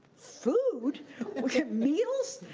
food! we cut meals!